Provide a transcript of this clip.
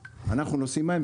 אנחנו מספקים ונושאים בהם.